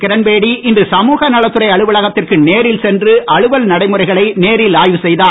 கிரண்பேடி இன்று சமுக நலத்துறை அலுவலகத்திற்கு நேரில் சென்று அலுவல் நடைமுறைகளை நேரில் ஆய்வு செய்தார்